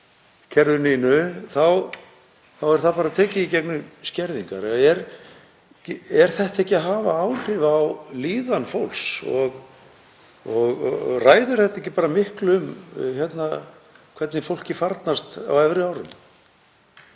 þá er það bara tekið í gegnum skerðingar. Hefur þetta ekki áhrif á líðan fólks og ræður þetta ekki miklu um það hvernig fólki farnast á efri árum?